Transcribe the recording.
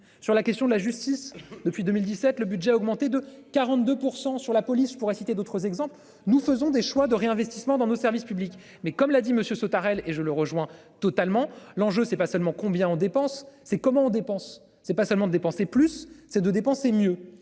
sur la question de la justice depuis 2017, le budget a augmenté de 42% sur la police pour citer d'autres exemples, nous faisons des choix de réinvestissement dans nos services publics, mais comme l'a dit monsieur Sautarel. Et je le rejoins totalement. L'enjeu c'est pas seulement combien on dépense, c'est comment on dépense, c'est pas seulement de dépenser plus, c'est de dépenser mieux.